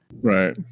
Right